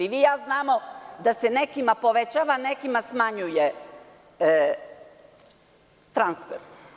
I vi i ja znamo da se nekima povećava, nekima smanjuje transfer.